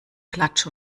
klatsch